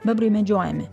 bebrai medžiojami